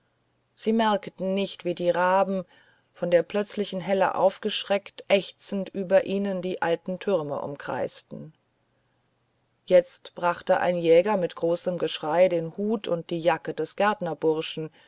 sie merkten nicht wie die raben von der plötzlichen helle aufgeschreckt ächzend über ihnen die alten türme umkreisten jetzt brachte ein jäger mit großem geschrei den hut und die jacke des